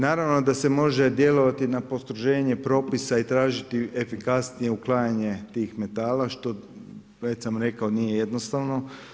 Naravno da se može djelovati na postroženje propisa i tražiti efikasnije uklanjanje tih metala što već sam rekao nije jednostavno.